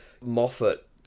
Moffat